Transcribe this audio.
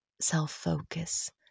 self-focus